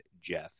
Jeff